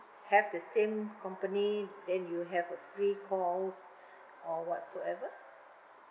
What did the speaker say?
have the same company then you have a free calls or whatsoever